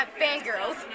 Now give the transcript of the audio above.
fangirls